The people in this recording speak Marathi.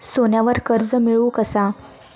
सोन्यावर कर्ज मिळवू कसा?